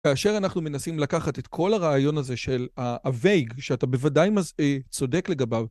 כאשר אנחנו מנסים לקחת את כל הרעיון הזה של ה.. ה-vague, שאתה בוודאי צודק לגביו.